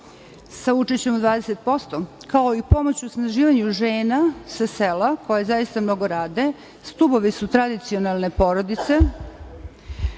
sa učešćem od 20%, kao i pomoć u osnaživanju žena sa sela koje zaista mnogo rade. Stubovi su tradicionalne porodice